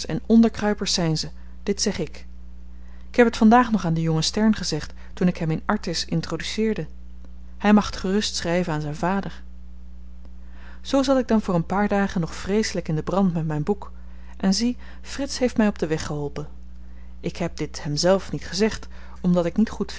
onderkruipers zyn ze dit zeg ik ik heb t vandaag nog aan den jongen stern gezegd toen ik hem in artis introduceerde hy mag t gerust schryven aan zyn vader zoo zat ik dan voor een paar dagen nog vreeselyk in den brand met myn boek en zie frits heeft my op den weg geholpen ik heb dit hemzelf niet gezegd omdat ik niet goed